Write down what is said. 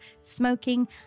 smoking